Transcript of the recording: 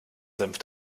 senf